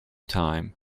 time